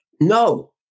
No